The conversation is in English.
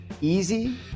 easy